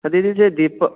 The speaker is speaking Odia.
ହଁ ଦିଦି ସେ ଦୀପକ